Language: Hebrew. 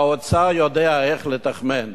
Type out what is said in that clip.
האוצר יודע איך לתכמן.